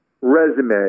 resume